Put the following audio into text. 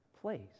place